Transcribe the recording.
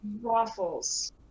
waffles